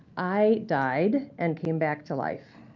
i died and came back to life.